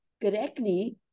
correctly